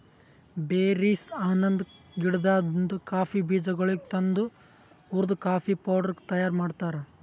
berries ಅನದ್ ಗಿಡದಾಂದ್ coffee ಬೀಜಗೊಳಿಗ್ ತಂದು ಹುರ್ದು ಕಾಫಿ ಪೌಡರ್ ತೈಯಾರ್ ಮಾಡ್ತಾರ್